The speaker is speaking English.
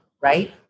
right